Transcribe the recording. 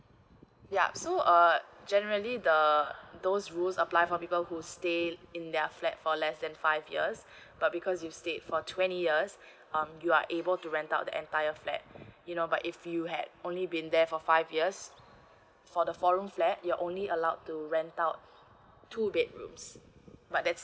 yup so uh generally the those rules apply for people who stay in their flat for less than five years but because you stayed for twenty years um you are able to rent out the entire flat you know but if you had only been there for five years for the four room flat you're only allowed to rent out two bedrooms but that's